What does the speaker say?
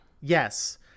Yes